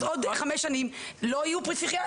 אז עוד חמש שנים לא יהיו פסיכיאטרים,